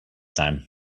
time